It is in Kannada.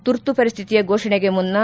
ತುರ್ತು ಪರಿಸ್ಥಿತಿಯ ಘೋಷಣೆಗೆ ಮುನ್ನಾ